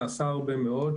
נעשה הרבה מאוד.